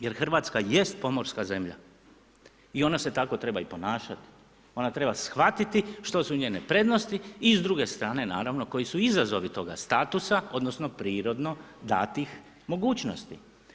Jer Hrvatska jest pomorska zemlja i ona se tako treba i ponašati, ona treba shvatiti što su njene prednosti i s druge strane, naravno koji su izazovi toga statusa, odnosno, prirodno, datih mogućnosti.